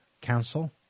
Council